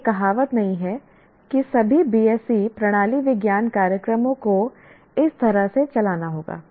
यह कहावत नहीं है कि सभी BSc प्राणी विज्ञान कार्यक्रमों को इस तरह से चलाना होगा